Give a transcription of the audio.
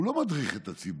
הוא לא מדריך את הציבור,